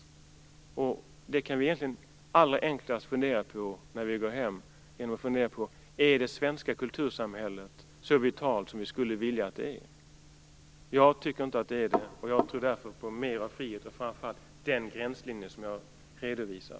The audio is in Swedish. Jag tror inte att Marita Ulvskog vill höra detta eftersom hon hellre vill fördöma den andres åsikt. Detta kan vi fundera över när vi går hem. Vi kan fundera över om det svenska kultursamhället är så vitalt som vi skulle vilja att det var? Jag tycker inte att det är det. Jag tror därför på mera frihet. Framför allt handlar det om den gränslinje som jag har redovisat.